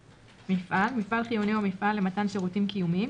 "מפעל" מפעל חיוני או מפעל למתן שירותים קיומיים,